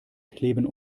kleben